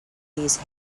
these